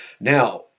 Now